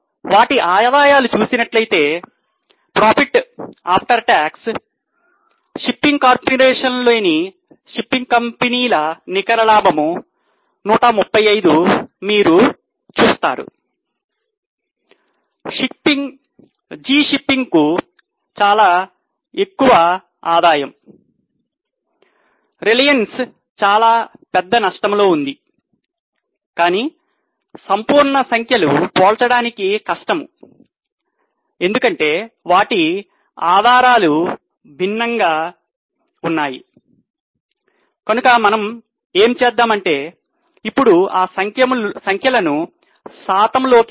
వాటి ఆదాయంలు చూసినట్లయితే పన్ను తీసిన తరువాత ఆదాయం తో భాగిద్దాము